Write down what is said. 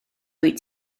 wyt